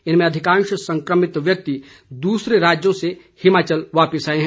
इनमें अधिकांश संकमित व्यक्ति दूसरे राज्यों से हिमाचल वापिस आए हैं